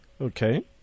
Okay